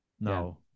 no